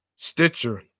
Stitcher